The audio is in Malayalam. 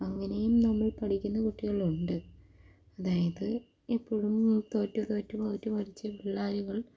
അങ്ങനെയും നമ്മൾ പഠിക്കുന്ന കുട്ടികളുണ്ട് അതായത് എപ്പോഴും തോറ്റ് തോറ്റ് തോറ്റ് പഠിച്ച് പിള്ളേരുകൾ